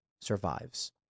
survives